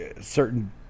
certain